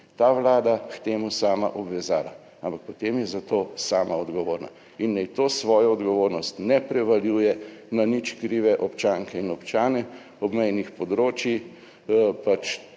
(Nadaljevanje) ampak potem je za to sama odgovorna in naj to svojo odgovornost ne prevaljuje na nič krive občanke in občane obmejnih področij,